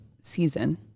season